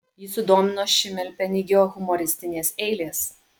jį sudomino šimelpenigio humoristinės eilės